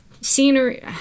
scenery